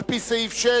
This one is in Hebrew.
על-פי סעיף 6,